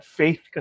faith